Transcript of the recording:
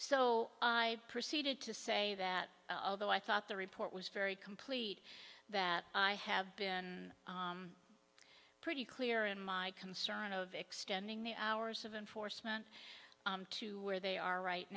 so i proceeded to say that although i thought the report was very complete that i have been pretty clear in my concern of extending the hours of enforcement to where they are right